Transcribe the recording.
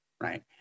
right